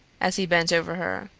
as he bent over her,